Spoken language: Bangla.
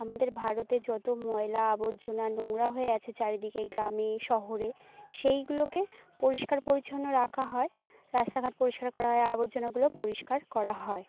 আমাদের ভারতে যতো ময়লা আবর্জনা নোংরা হয়ে আছে চারিদিকে গ্রামে শহরে সেইগুলোকে পরিষ্কার পরিচ্ছন্ন রাখা হয় রাস্তাঘাট পরিষ্কার করা হয় আবর্জনাগুলো পরিষ্কার করা হয়